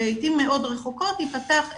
לעתים מאוד רחוקות ייפתח,